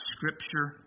Scripture